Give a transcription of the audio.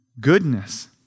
goodness